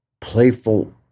playful